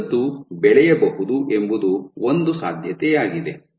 ಈ ತಂತು ಬೆಳೆಯಬಹುದು ಎಂಬುದು ಒಂದು ಸಾಧ್ಯತೆಯಾಗಿದೆ